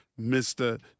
Mr